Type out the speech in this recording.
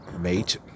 Mate